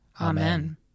Amen